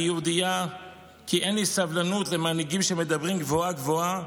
אני יהודייה כי אין לי סבלנות למנהיגים שמדברים גבוהה-גבוהה